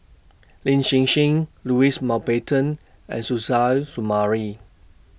Lin Hsin Hsin Louis Mountbatten and Suzairhe Sumari